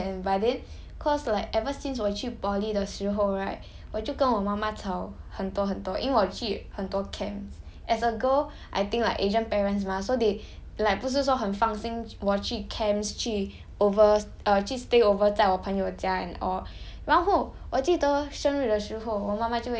可是我还没有讲到 okay that's for 以前 but then cause like ever since 我去 poly 的时候 right 我就跟我妈妈吵很多很多因为我去很多 camps as a girl I think like asian parents mah so they like 不是说很放心我去 camps 去 over err 去 stay over 在我朋友家 and all